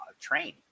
train